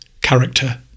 character